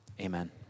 amen